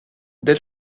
dès